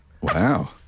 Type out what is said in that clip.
Wow